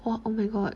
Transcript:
!wah! oh my god